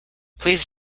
please